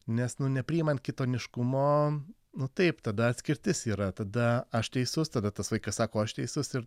nes nu nepriimant kitoniškumo nu taip tada atskirtis yra tada aš teisus tada tas vaikas sako aš teisus ir